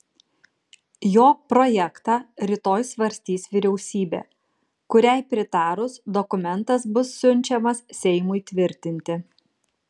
jo projektą rytoj svarstys vyriausybė kuriai pritarus dokumentas bus siunčiamas seimui tvirtinti